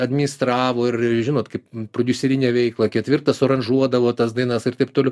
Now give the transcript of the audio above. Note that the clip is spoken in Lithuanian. administravo ir žinot kaip prodiuserinę veiklą ketvirtas oranžuodavo tas dainas ir taip toliau